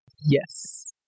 Yes